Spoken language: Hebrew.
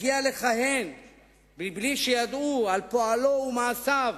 הגיע לכהן בלי שידעו על פועלו ומעשיו